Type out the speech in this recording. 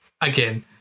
Again